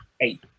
eight